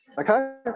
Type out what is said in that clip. okay